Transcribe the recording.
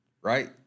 right